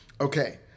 Okay